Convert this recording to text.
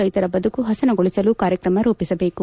ರೈತರ ಬದುಕು ಪಸನುಗೊಳಿಸಲು ಕಾರ್ಯಕ್ರಮ ರೂಪಿಸಬೇಕು